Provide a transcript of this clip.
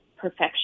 perfection